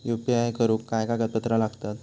UPI करुक काय कागदपत्रा लागतत?